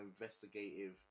investigative